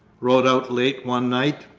rode out late one night.